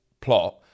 plot